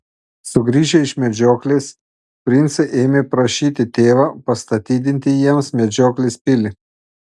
sugrįžę iš medžioklės princai ėmė prašyti tėvą pastatydinti jiems medžioklės pilį